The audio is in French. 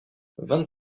vingt